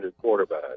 quarterback